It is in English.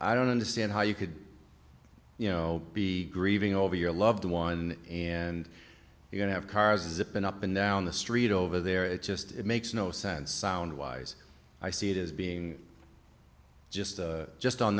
i don't understand how you could you know be grieving over your loved one and you going to have cars it's been up and down the street over there it's just it makes no sense sound wise i see it as being just just on